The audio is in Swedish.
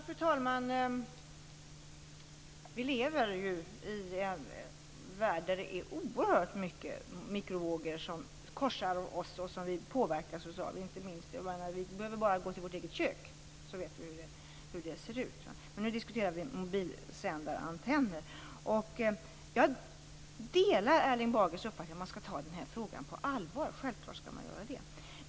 Fru talman! Vi lever i en värld där det finns oerhört många mikrovågor som korsar oss och påverkar oss. Vi behöver bara gå till vårt eget kök så vet vi hur det ser ut. Men nu diskuterar vi mobilsändarantenner. Jag delar Erling Bagers uppfattning att man skall ta frågan på allvar - självfallet skall man göra det.